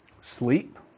sleep